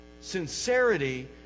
Sincerity